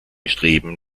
streben